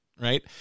right